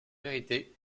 vérité